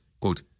quote